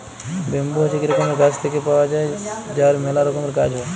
bamboo হছে ইক রকমের গাছ থেক্যে পাওয়া যায় যার ম্যালা রকমের কাজ হ্যয়